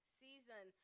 season